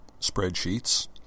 spreadsheets